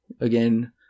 again